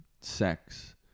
sex